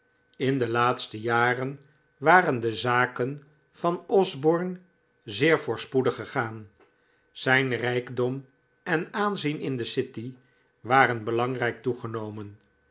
in de laatste jaren waren de zaken van osborne zeer voorspoedig gegaan zijn rijkdom en aanzien in de city waren belangrijk toegenomen